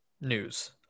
news